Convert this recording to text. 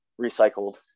recycled